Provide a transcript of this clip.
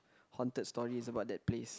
haunted stories about that place